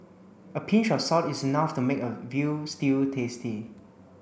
a pinch of salt is enough to make a veal stew tasty